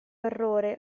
orrore